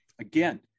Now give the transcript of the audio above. Again